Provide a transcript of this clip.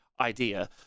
idea